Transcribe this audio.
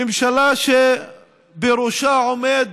ממשלה שבראשה עומד